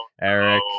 Eric